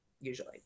usually